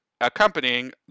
accompanying